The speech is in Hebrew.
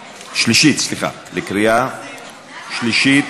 שלישית, סליחה, לקריאה שלישית.